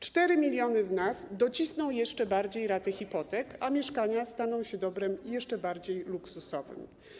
4 mln z nas docisną jeszcze bardziej raty hipotek, a mieszkania staną się dobrem jeszcze bardziej luksusowym.